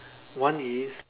one is